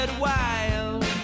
wild